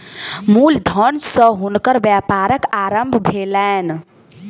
मूल धन सॅ हुनकर व्यापारक आरम्भ भेलैन